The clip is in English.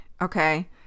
okay